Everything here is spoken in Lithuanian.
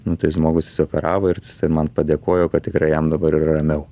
nu tai žmogus išsioperavo ir tai man padėkojo kad tikrai jam dabar yra ramiau